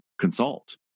consult